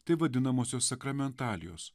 tai vadinamosios sakramentalijos